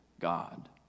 God